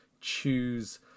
choose